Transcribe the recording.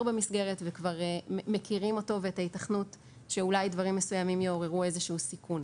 במסגרת וכבר מכירים אותו ואת ההיתכנות שאולי דברים מסוימים יעוררו סיכון.